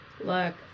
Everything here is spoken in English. look